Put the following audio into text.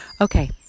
Okay